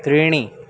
त्रीणि